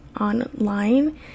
online